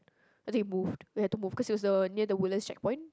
I think we moved we had to move cause it was the near the Woodlands checkpoint